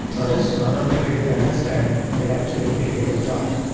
not is not only did it understand it actually created a chart.